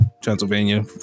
Transylvania